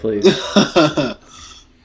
please